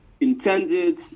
Intended